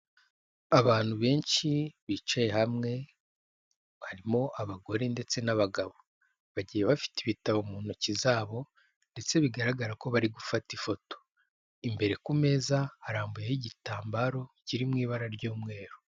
Abantu benshi bicaye hamwe barimo abagore ndetse n'abagabo. Bagiye bafite ibitabo mu ntoki zabo ndetse bigaragara ko bari gufata ifoto, imbere ku meza arambuyeho igitambaro kiri mu ibara ry'umweru.